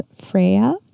Freya